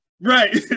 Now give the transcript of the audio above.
Right